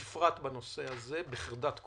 בפרט בנושא הזה, בחרדת קודש.